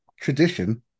tradition